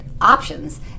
options